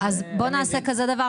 אז בואו נעשה כזה דבר,